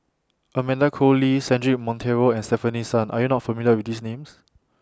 Amanda Koe Lee Cedric Monteiro and Stefanie Sun Are YOU not familiar with These Names